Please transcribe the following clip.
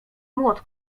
młot